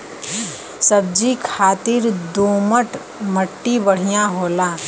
सब्जी खातिर दोमट मट्टी बढ़िया होला